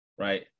right